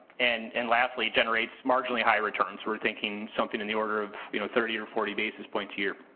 and and lastly generates marginally higher returns we're thinking something in the order of you know thirty or forty basis points here